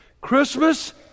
Christmas